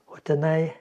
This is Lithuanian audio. o tenai